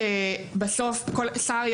שבסוף כל שר,